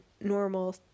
normal